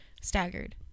staggered